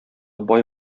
бай